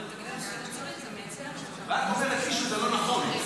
ואת אומרת לי שזה לא נכון.